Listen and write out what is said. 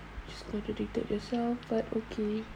but okay